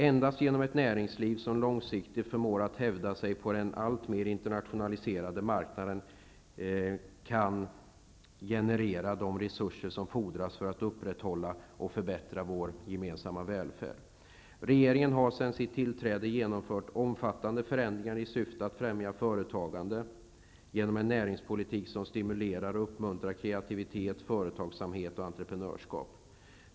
Endast genom ett näringsliv som långsiktigt förmår hävda sig på den allt mer internationaliserade marknaden kan de resurser genereras som fordras för att upprätthålla och förbättra vår gemensamma välfärd. Regeringen har sedan sitt tillträde genomfört omfattande förändringar i syfte att främja företagande. Näringspolitiken skall stimulera och uppmuntra kreativitet, företagsamhet och entreprenörskap.